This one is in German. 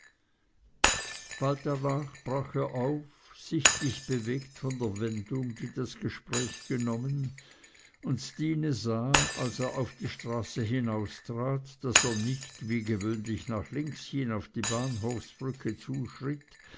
bald danach brach er auf sichtlich bewegt von der wendung die das gespräch genommen und stine sah als er auf die straße hinaustrat daß er nicht wie gewöhnlich nach links hin auf die bahnhofsbrücke zuschritt